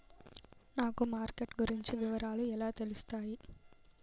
నాకు మార్కెట్ గురించి వివరాలు ఎలా తెలుస్తాయి?